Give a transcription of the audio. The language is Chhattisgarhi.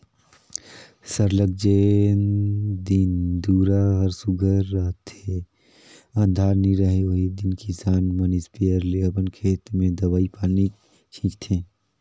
सरलग जेन दिन दुरा हर सुग्घर रहथे अंधार नी रहें ओही दिन किसान मन इस्पेयर ले अपन खेत में दवई पानी छींचथें